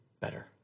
better